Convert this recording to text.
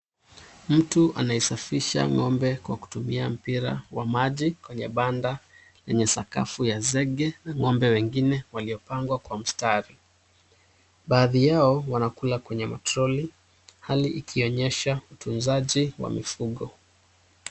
Mtu anayesafisha ng'ombe kwa kutumia mpira wa maji, kwenye banda lenye sakafu ya zege na ng'ombe wengine waliopangwa kwa mstari. Baadhi yao wanakula kwenye matroli , hali ikonyesha utunzaji wa mifugo.